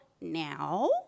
Now